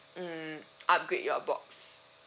mm upgrade your box